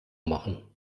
machen